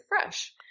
fresh